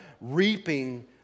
reaping